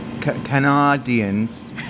Canadians